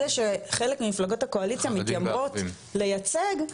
אלה שחלק ממפלגות הקואליציה מתיימרות לייצג,